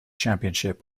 championship